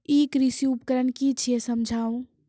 ई कृषि उपकरण कि छियै समझाऊ?